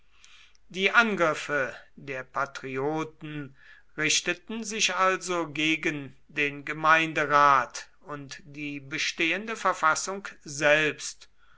die angriffe der patrioten richteten sich also gegen den gemeinderat und die bestehende verfassung selbst